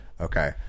Okay